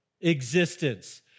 existence